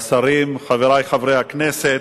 השרים, חברי חברי הכנסת,